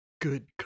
Good